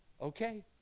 okay